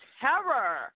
terror